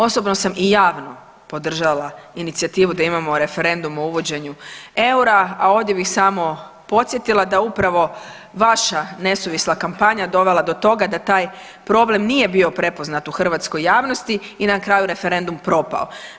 Osobno sam i javno podržala inicijativu da imamo referendum o uvođenju eura, a ovdje bih samo podsjetila da upravo vaša nesuvisla kampanja dovela do toga da taj problem nije bio prepoznat u hrvatskoj javnosti i na kraju referendum propao.